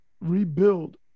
rebuild